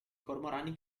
cormorani